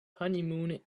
honeymoon